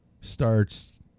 starts